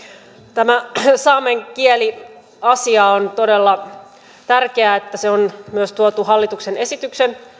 tämä saamen kieli asia on todella tärkeää että se on myös tuotu hallituksen esityksen